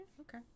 Okay